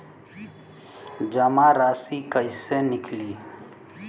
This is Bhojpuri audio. जमा राशि कइसे निकली?